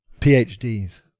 PhDs